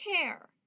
care